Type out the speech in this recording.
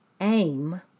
aim